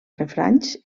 refranys